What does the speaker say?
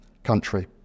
country